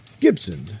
Gibson